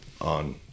on